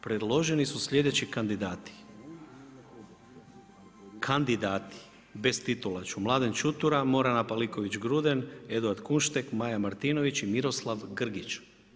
Predloženi su sljedeći kandidati, kandidati, bez titula ću: Mladen Ćutura, Morana Paliković Gruden, Edvard Kunštek, Maja Martinović i Miroslav Grgić.